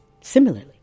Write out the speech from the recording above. similarly